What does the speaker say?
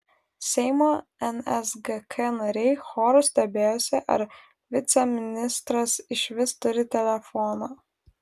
seimo nsgk nariai choru stebėjosi ar viceministras išvis turi telefoną